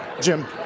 Jim